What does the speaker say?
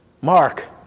Mark